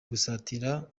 gusatira